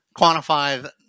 quantify